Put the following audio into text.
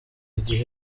igihe